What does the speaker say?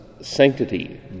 sanctity